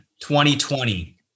2020